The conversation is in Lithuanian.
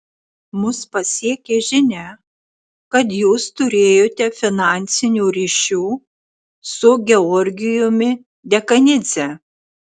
mus pasiekė žinia kad jūs turėjote finansinių ryšių su georgijumi dekanidze